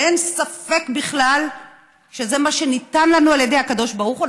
שאין ספק בכלל שזה מה שניתן לנו על ידי הקדוש ברוך הוא,